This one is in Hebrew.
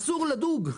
אסור לדוג,